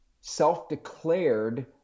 self-declared